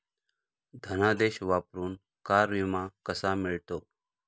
धनादेश वापरून कार विमा कसा मिळतो?